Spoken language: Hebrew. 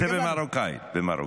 זה במרוקאית.